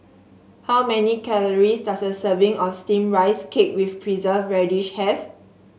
how many calories does a serving of steamed Rice Cake with Preserved Radish have